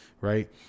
right